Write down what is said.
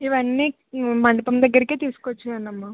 ఇవన్నీ మండపం దగ్గరికి తీసుకొచ్చేయండమ్మా